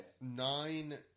nine